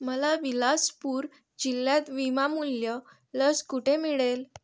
मला विलासपूर जिल्ह्यात विनामूल्य लस कुठे मिळेल